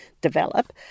develop